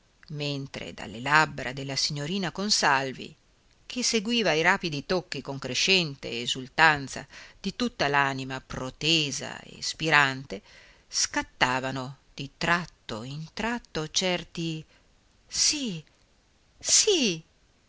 mentre dalle labbra della signorina consalvi che seguiva i rapidi tocchi con crescente esultanza di tutta l'anima protesa e spirante scattavano di tratto in tratto certi sì sì